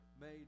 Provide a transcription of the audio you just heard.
made